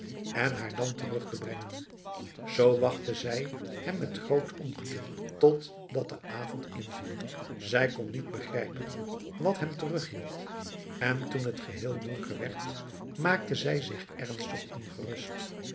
en haar dan terug te brengen zoo wachtte zij hem met groot ongeduld tot dat de avond inviel zij kon niet begrijpen wat hem terug hield en toen het geheel donker werd maakte zij zich ernstig ongerust